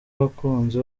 abakunzi